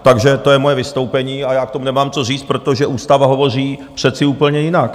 Takže to je moje vystoupení a já k tomu nemám co říct, protože ústava hovoří přece úplně jinak!